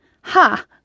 Ha